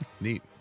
Neat